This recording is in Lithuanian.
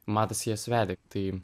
matas jas vedė tai